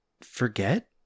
forget